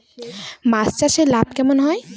মাছ চাষে লাভ কেমন হয়?